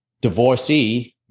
divorcee